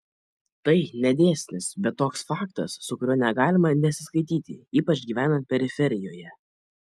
tai ne dėsnis bet toks faktas su kuriuo negalima nesiskaityti ypač gyvenant periferijoje